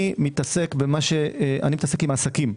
אני מתעסק עם העסקים.